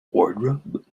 wardrobe